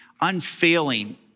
unfailing